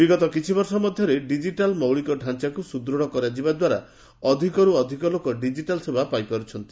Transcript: ବିଗତ କିଛି ବର୍ଷ ମଧ୍ୟରେ ଡିଜିଟାଲ୍ ମୌଳିକତାଞ୍ଚାକୁ ସୁଦୃଢ଼ କରିବାଦ୍ୱାରା ଅଧିକର୍ ଅଧିକ ଲୋକ ଡିକିଟାଲ୍ ସେବା ପାଇପାରୁଛନ୍ତି